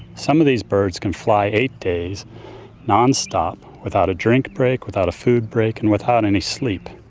some of these birds can fly eight days non-stop without a drink break, without a food break and without any sleep.